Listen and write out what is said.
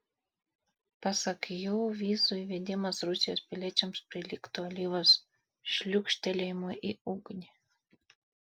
pasak jų vizų įvedimas rusijos piliečiams prilygtų alyvos šliūkštelėjimui į ugnį